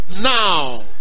Now